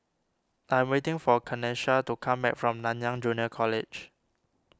I am waiting for Kanesha to come back from Nanyang Junior College